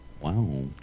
Wow